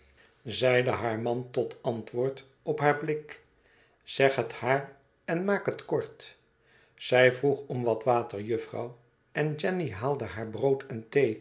huis haar man tot antwoord op haar blik zeg het haar en maak het kort zij vroeg om wat water jufvrouw en jenny haalde haar brood en